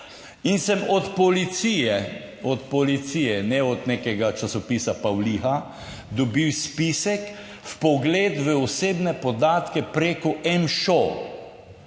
od policije, ne od nekega časopisa Pavliha, dobil spisek, vpogled v osebne podatke preko EMŠO.